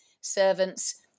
servants